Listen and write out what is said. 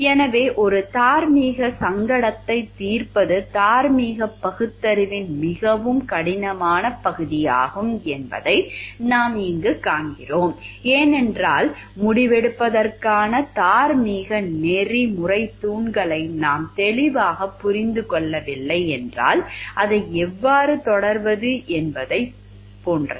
எனவே ஒரு தார்மீக சங்கடத்தைத் தீர்ப்பது தார்மீக பகுத்தறிவின் மிகவும் கடினமான பகுதியாகும் என்பதை நாம் இங்கு காண்கிறோம் ஏனென்றால் முடிவெடுப்பதற்கான தார்மீக நெறிமுறைத் தூண்களை நாம் தெளிவாகப் புரிந்து கொள்ளவில்லை என்றால் அதை எவ்வாறு தொடர்வது என்பது போன்றது